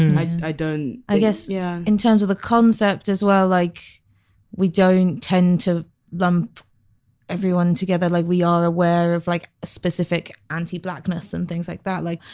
i don't. yeah i guess yeah in terms of the concept as well like we don't tend to lump everyone together like we are aware of like a specific anti blackness and things like that like.